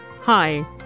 Hi